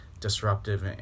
disruptive